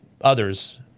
others